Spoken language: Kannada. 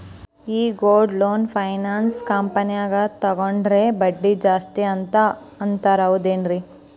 ಈ ಗೋಲ್ಡ್ ಲೋನ್ ಫೈನಾನ್ಸ್ ಕಂಪನ್ಯಾಗ ತಗೊಂಡ್ರೆ ಬಡ್ಡಿ ಜಾಸ್ತಿ ಅಂತಾರ ಹೌದೇನ್ರಿ?